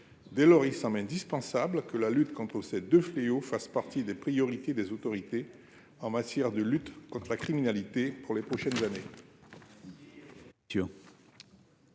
Dès lors, il semble indispensable que la lutte contre ces deux fléaux fasse partie des priorités des autorités en matière de lutte contre la criminalité pour les prochaines années.